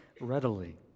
readily